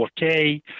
4K